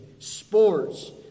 Sports